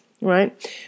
right